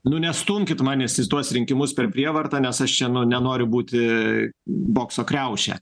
nu nestumkit manęs į tuos rinkimus per prievartą nes aš čia nu nenoriu būti bokso kriaušė